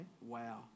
Wow